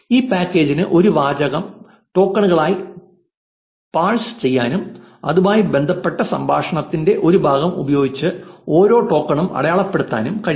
ഈ പാക്കേജിന് ഒരു വാചകം ടോക്കണുകളായി പാഴ്സ് ചെയ്യാനും അതുമായി ബന്ധപ്പെട്ട സംഭാഷണത്തിന്റെ ഒരു ഭാഗം ഉപയോഗിച്ച് ഓരോ ടോക്കണും അടയാളപ്പെടുത്താനും കഴിയും